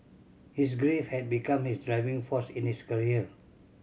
his grief had become his driving force in his career